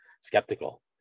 skeptical